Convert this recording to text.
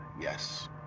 Yes